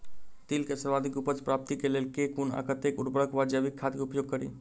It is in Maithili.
तिल केँ सर्वाधिक उपज प्राप्ति केँ लेल केँ कुन आ कतेक उर्वरक वा जैविक खाद केँ उपयोग करि?